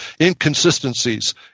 inconsistencies